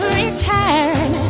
return